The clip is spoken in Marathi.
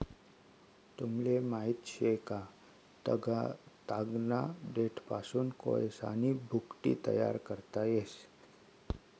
तुमले माहित शे का, तागना देठपासून कोयसानी भुकटी तयार करता येस